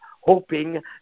hoping